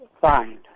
Fine